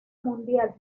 mundial